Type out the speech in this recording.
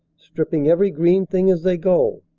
stripping every green thing as they go,